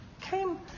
came